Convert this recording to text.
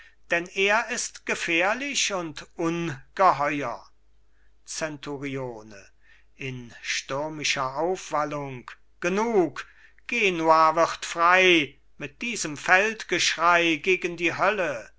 denn er ist gefährlich und ungeheuer zenturione in stürmischer aufwallung genug genua wird frei mit diesem feldgeschrei gegen die hölle